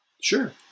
Sure